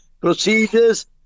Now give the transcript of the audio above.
procedures